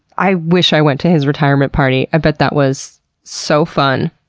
i wish i went to his retirement party. i bet that was so fun.